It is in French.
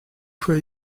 fois